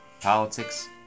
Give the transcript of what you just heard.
politics